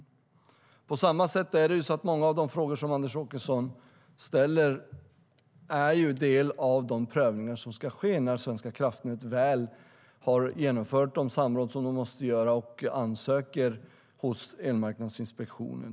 På samma sätt är många av de frågor som Anders Åkesson ställer del av de prövningar som ska ske när Svenska kraftnät väl har genomfört de samråd som de måste göra och sedan ansöker hos Elmarknadsinspektionen.